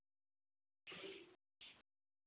এই বাইদেউ কিবা এটা মিলাব আৰু আশী টকাত নহয়